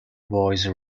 voice